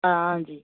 آ جی